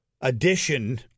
edition